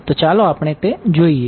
તો ચાલો આપણે તે જોઈએ